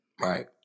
Right